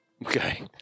Okay